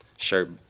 shirt